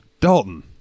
Dalton